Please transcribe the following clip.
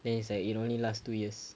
then it's like it only last two years